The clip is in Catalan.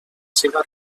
seva